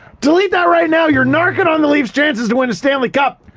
delete that right now. you're narc-ing on the leafs chances to win a stanley cup.